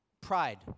pride